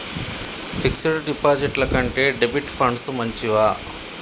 Fix డ్ డిపాజిట్ల కంటే డెబిట్ ఫండ్స్ మంచివా?